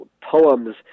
poems